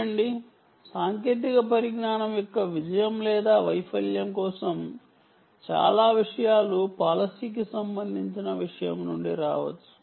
చూడండి సాంకేతిక పరిజ్ఞానం యొక్క విజయం లేదా వైఫల్యం కోసం చాలా విషయాలు పాలసీకి సంబంధించిన విషయం నుండి రావచ్చు